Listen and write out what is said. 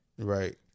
Right